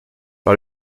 par